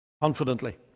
confidently